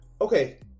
okay